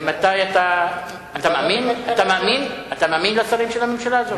ממתי אתה, אתה מאמין לשרים של הממשלה הזאת?